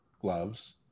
gloves